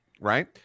right